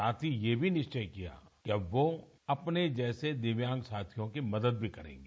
साथ ही ये भी निश्वय कियाा कि अब वो अपने जैसे दिव्यांग साथियों की मदद भी करेंगे